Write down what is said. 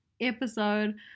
episode